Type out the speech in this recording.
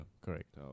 Correct